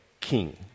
king